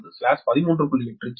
8 K